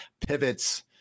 pivots